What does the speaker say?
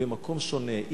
היא במקום שונה,